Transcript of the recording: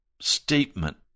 statement